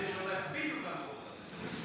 התקציב שלך הוא התקציב שהולך בדיוק למקומות הנכונים.